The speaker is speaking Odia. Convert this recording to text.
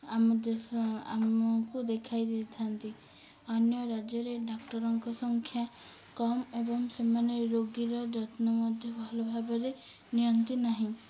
ଆମ ଦେଶ ଆମକୁ ଦେଖାଇ ଦେଇଥାନ୍ତି ଅନ୍ୟ ରାଜ୍ୟରେ ଡାକ୍ତରଙ୍କ ସଂଖ୍ୟା କମ୍ ଏବଂ ସେମାନେ ରୋଗୀର ଯତ୍ନ ମଧ୍ୟ ଭଲ ଭାବରେ ନିଅନ୍ତି ନାହିଁ